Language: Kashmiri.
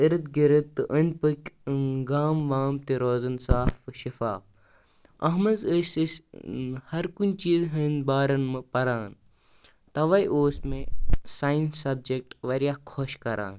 اِرد گِرد تہٕ أنٛدۍ پٔکھۍ گام وام تہِ روزان صاف شِفاف اَتھ منٛز ٲسۍ أسۍ ہَر کُنہِ چیٖز ہٕنٛدۍ بارَس منٛز پَران تَوَے اوس مےٚ ساینس سَبجَکٹہٕ واریاہ خۄش کَران